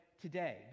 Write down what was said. today